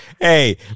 hey